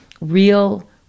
real